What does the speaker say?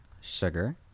sugar